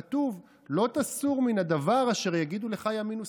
כתוב: "לא תסור מן הדבר אשר יגידו לך ימין ושמאל".